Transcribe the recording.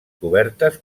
cobertes